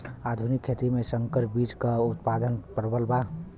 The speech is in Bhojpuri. आधुनिक खेती में संकर बीज क उतपादन प्रबल बा